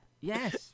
yes